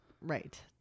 Right